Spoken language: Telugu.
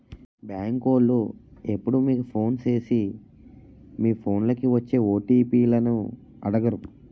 బేంకోలు ఎప్పుడూ మీకు ఫోను సేసి మీ ఫోన్లకి వచ్చే ఓ.టి.పి లను అడగరు